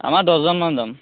আমাৰ দহজনমান যাম